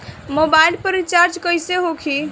Mobile पर recharge कैसे होखी?